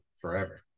forever